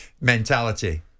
Mentality